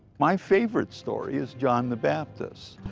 my favorite story is john the baptist.